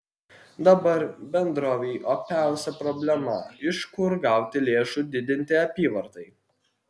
dabar bendrovei opiausia problema iš kur gauti lėšų didinti apyvartai